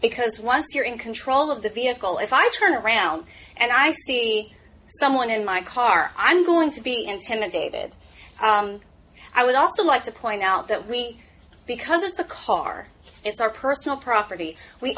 because once you're in control of the vehicle if i turn around and i see someone in my car i'm going to be intimidated i would also like to point out that we because it's a car it's our personal property we